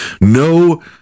No